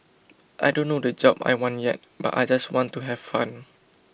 I don't know the job I want yet but I just want to have fun